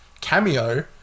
Cameo